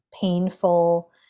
painful